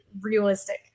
realistic